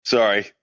Sorry